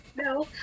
no